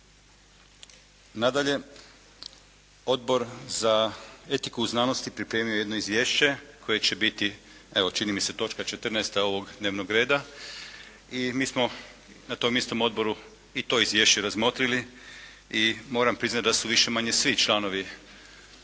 Nadalje, Odbor za etiku i znanost je pripremio jedno izvješće koje će biti evo čini mi se točka 14. ovog dnevnog reda i mi smo na tom istom odboru i to izvješće razmotrili i moram priznati da su više-manje svi članovi